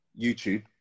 YouTube